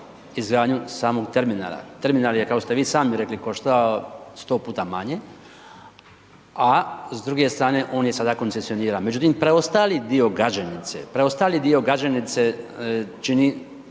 izgradnju samog terminala. Terminal, kao što ste vi sami rekli, koštao 100 puta manje, a s druge strane, on je sada koncesioniran. Međutim, preostali dio Gaženice čini snagu luke Zadar jer ima